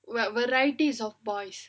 well varieties of boys